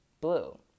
blue